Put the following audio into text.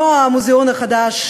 לא המוזיאון החדש,